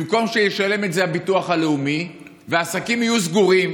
במקום שישלם את זה הביטוח הלאומי ושהעסקים יהיו סגורים,